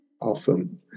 Awesome